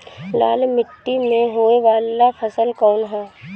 लाल मीट्टी में होए वाला फसल कउन ह?